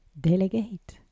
delegate